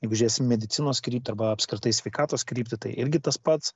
jeigu žiūrėsim medicinos kryptį arba apskritai sveikatos kryptį tai irgi tas pats